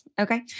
Okay